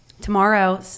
Tomorrow